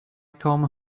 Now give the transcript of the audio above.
come